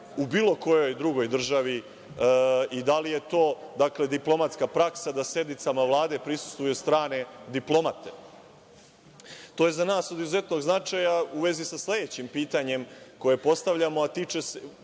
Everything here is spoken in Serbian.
u bilo kojoj drugoj državi i da li je to diplomatska praksa da sednicama Vlade prisustvuju strane diplomate? To je za nas od izuzetnog značaja, u vezi sa sledećim pitanjem koje postavljamo, a tiče se,